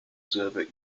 soviet